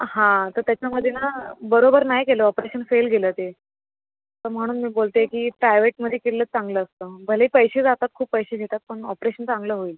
हां तर त्याच्यामध्ये ना बरोबर नाही केलं ऑपरेशन फेल गेलं ते म्हणून मी बोलतेय की प्रायवेटमध्ये केलेलं चांगलं असतं भले पैसे जातात खूप पैसे घेतात पण ऑपरेशन चांगलं होईल